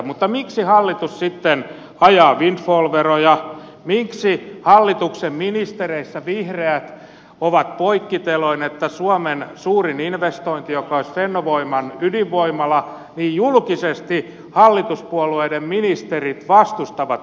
mutta miksi hallitus sitten ajaa windfall veroja miksi hallituksen ministereistä vihreät ovat poikkiteloin ja suomen suurinta investointia joka olisi fennovoiman ydinvoimala julkisesti hallituspuolueiden ministerit vastustavat